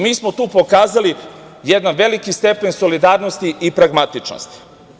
Mi smo tu pokazali jedan veliki stepen solidarnosti i pragmatičnosti.